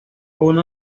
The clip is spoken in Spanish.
uno